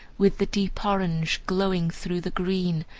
with the deep orange, glowing through the green,